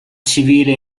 civile